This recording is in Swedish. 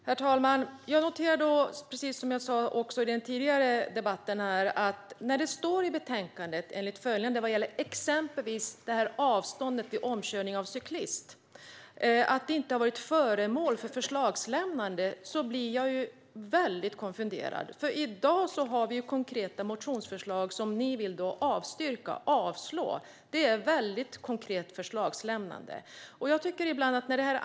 Herr talman! Jag noterade precis som jag sa i den tidigare debatten att när det exempelvis står i betänkandet att avståndet vid omkörning av cyklist inte varit föremål för förslagslämnande blir jag väldigt konfunderad. Vi har i dag konkreta motionsförslag som ni vill avslå. Det är ett väldigt konkret förslagslämnande.